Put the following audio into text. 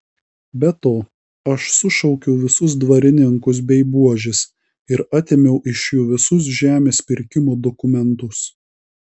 be to aš sušaukiau visus dvarininkus bei buožes ir atėmiau iš jų visus žemės pirkimo dokumentus